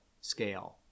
scale